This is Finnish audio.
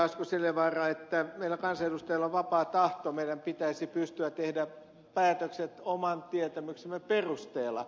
asko seljavaara että meillä kansanedustajilla on vapaa tahto meidän pitäisi pystyä tekemään päätökset oman tietämyksemme perusteella